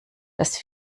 dass